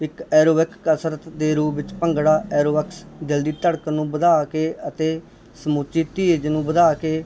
ਇੱਕ ਐਰੋਬਿਕ ਕਸਰਤ ਦੇ ਰੂਪ ਵਿੱਚ ਭੰਗੜਾ ਐਰੋਬਿਕਸ ਦਿਲ ਦੀ ਧੜਕਣ ਨੂੰ ਵਧਾ ਕੇ ਅਤੇ ਸਮੁੱਚੀ ਧੀਰਜ ਨੂੰ ਵਧਾ ਕੇ